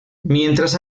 mientras